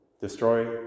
Destroy